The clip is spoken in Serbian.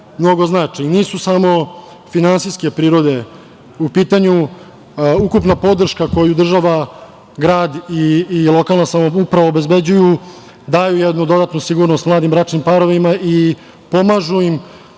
nisu samo finansijske prirode u pitanju. Ukupna podrška koju država, grad i lokalna samouprava obezbeđuju daju jednu dodatnu sigurnost bračnim parovima i pomažu im